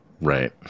Right